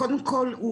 קודם כל,